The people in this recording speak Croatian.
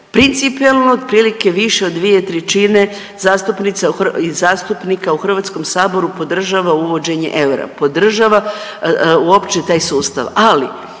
principijelno otprilike više od 2/3 zastupnica i zastupnika u Hrvatskom saboru podržava uvođenja eura, podržava uopće taj sustav,